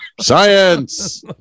Science